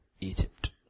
Egypt